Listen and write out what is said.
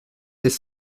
des